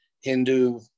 Hindu